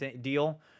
deal